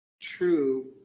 true